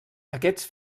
aquests